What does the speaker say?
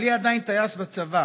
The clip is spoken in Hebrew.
בעלי עדיין טייס בצבא.